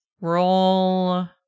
Roll